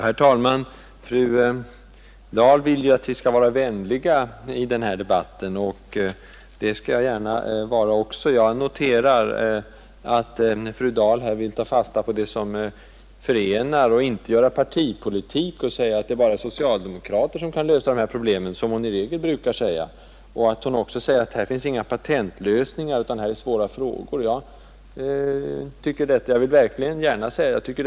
Herr talman! Fru Dahl vill att vi skall vara vänliga i denna debatt, och det skall jag gärna vara. Jag noterade att fru Dahl vill ta fasta på vad som förenar oss, att hon inte vill göra partipolitik av denna fråga och säga att det bara är socialdemokrater som kan lösa problemen. Det brukar hon i regel annars säga. Jag noterade också att fru Dahl sade att här inte finns några patentlösningar, utan att vi här har att göra med svåra frågor.